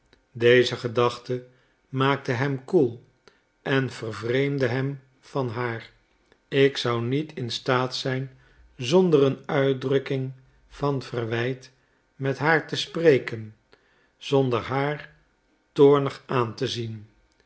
deze gedachte maakte hem koel en vervreemdde hem van haar ik zou niet in staat zijn zonder een uitdrukking van verwijt met haar te spreken zonder haar toornig aan te zien